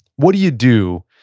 what do you do